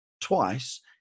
twice